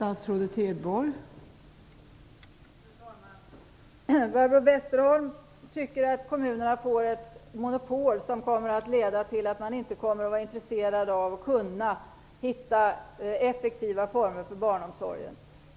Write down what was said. Fru talman! Barbro Westerholm tycker att kommunerna får ett monopol som kommer att leda till att man inte kommer att vara intresserad av och kunna komma fram till effektivare former för barnomsorgen.